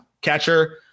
catcher